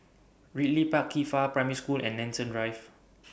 Ridley Park Qifa Primary School and Nanson Drive